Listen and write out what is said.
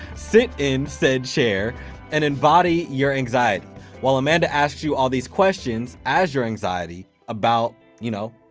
sit in said chair and embody your anxiety while amanda asks you all these questions as your anxiety about, you know,